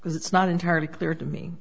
because it's not entirely clear to me